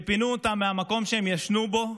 פינו אותם מהמקום שהם ישנו בו.